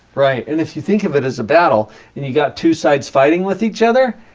right. and if you think of it as a battle and you got two sides fighting with each other,